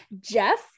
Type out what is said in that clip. Jeff